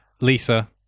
Lisa